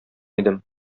идем